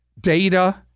data